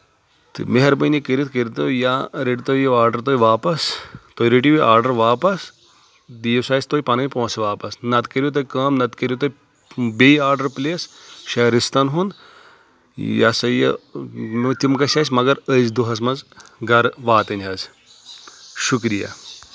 تہٕ مہربٲنی کٔرِتھ کٔرۍ تو یا رٔٹتو یہِ آرڈر تُہۍ واپس تُہۍ رٔٹِو یہِ آرڈر واپس دِیِو سا آسہِ تُہۍ پنٕنۍ پونٛسہٕ واپس نتہٕ کٔرِو تُہۍ کٲم نتہٕ کٔرِو تُہۍ بیٚیہِ آرڈر پٕلیس رِستن ہُنٛد یہِ ہسا یہِ تِم گژھِ اَسہِ مگر أزۍ دۄہس منٛز گرٕ واتٕنۍ حظ شُکریہ